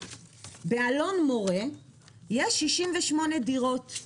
באלון מורה יש 68 דירות,